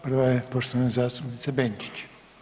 Prva je poštovane zastupnice Benčić.